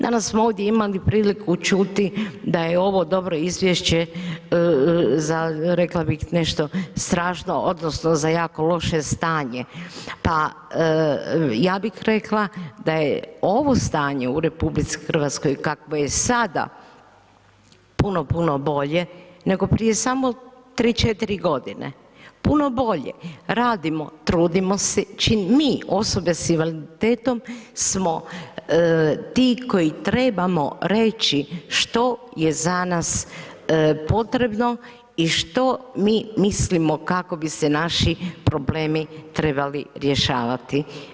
Danas smo ovdje imali priliku čuti da je ovo dobro izvješće za, rekla bih nešto strašno odnosno za jako loše stanje, pa ja bih rekla da je ovo stanje u RH kakvo je sada puno, puno bolje nego prije samo 3., 4.g., puno bolje, radimo, trudimo se, mi osobe s invaliditetom smo ti koji trebamo reći što je za nas potrebno i što mi mislimo kako bi se naši problemi trebali rješavati.